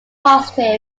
positive